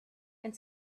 and